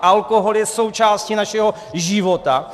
Alkohol je součástí našeho života.